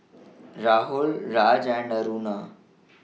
Rahul Raj and Aruna